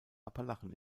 appalachen